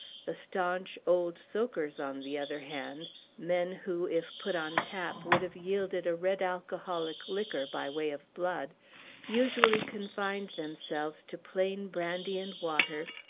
the staunch, old soakers, on the other hand men who, if put on tap, would have yielded a red alcoholic liquor, by way of blood usually confined themselves to plain brandy-and-water,